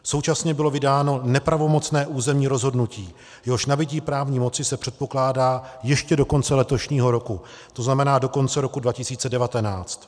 Současně bylo vydáno nepravomocné územní rozhodnutí, jehož nabytí právní moci se předpokládá ještě do konce letošního roku, tzn. do konce roku 2019.